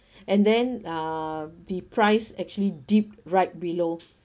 and then uh the price actually dip right below